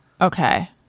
Okay